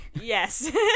Yes